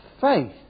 faith